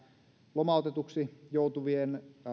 lomautetuksi joutuvien